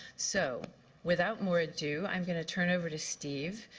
so without more ado, i am going to turn over to steve,